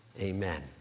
Amen